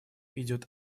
идет